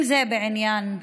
אם זה בעניין יונס,